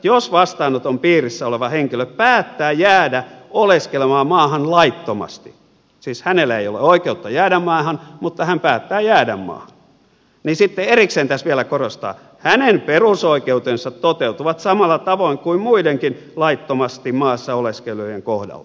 jos vastaanoton piirissä oleva henkilö päättää jäädä oleskelemaan maahan laittomasti siis hänellä ei ole oikeutta jäädä maahan mutta hän päättää jäädä maahan niin sitten erikseen tässä vielä korostetaan hänen perusoikeutensa toteutuvat samalla tavoin kuin muidenkin laittomasti maassa oleskelevien kohdalla